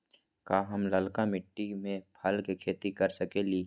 का हम लालका मिट्टी में फल के खेती कर सकेली?